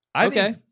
Okay